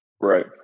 Right